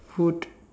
food